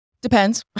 Depends